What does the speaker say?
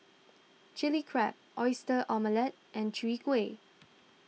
Chilli Crab Oyster Omelette and Chwee Kueh